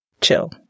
chill